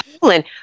Poland